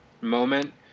moment